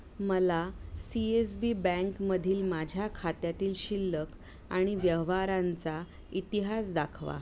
मला C S B बँकमधील माझ्या खात्यातील शिल्लक आणि व्यवहारांचा इतिहास दाखवा